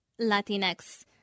Latinx